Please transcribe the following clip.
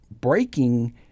breaking